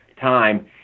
time